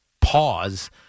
pause